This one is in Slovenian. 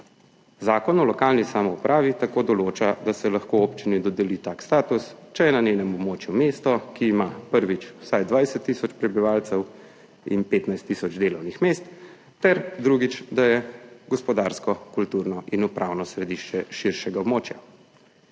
Zakon o lokalni samoupravi tako določa, da se lahko občini dodeli tak status, če je na njenem območju mesto, ki ima, prvič, vsaj 20 tisoč prebivalcev in 15 tisoč delovnih mest, ter drugič, da je gospodarsko, kulturno in upravno središče širšega območja.